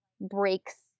breaks